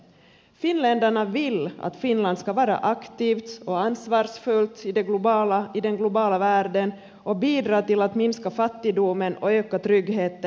finländarna vill att finland ska vara aktivt och ansvarsfullt i den globala världen och bidra till att minska fattigdomen och öka tryggheten i världen